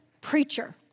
preacher